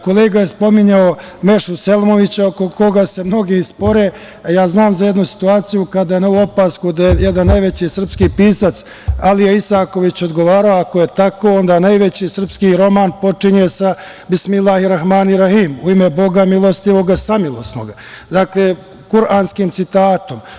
Kolega je spominjao Mešu Selimovića, oko koga se mnogi spore, a ja znam za jednu situaciju kada je na ovu opasku da je jedan od najvećih srpskih pisaca, Alija Isaković odgovarao – ako je tako, onda najveći srpski roman počinje sa: „Bismillahi Rahmani Rahim“, „U ime Boga milostivoga samilosnoga“, dakle, kuranskim citatom.